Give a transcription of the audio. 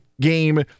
game